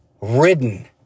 ridden